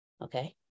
okay